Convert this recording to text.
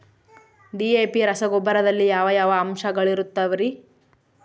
DAP ರಸಗೊಬ್ಬರದಲ್ಲಿ ಯಾವ ಯಾವ ಅಂಶಗಳಿರುತ್ತವರಿ?